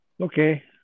Okay